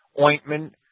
ointment